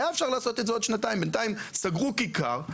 היה אפשר לעשות את זה עוד שנתיים ובינתיים סגרו כיכר,